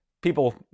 people